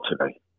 today